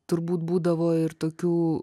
turbūt būdavo ir tokių